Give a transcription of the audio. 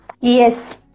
Yes